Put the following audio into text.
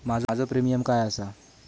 माझो प्रीमियम काय आसा?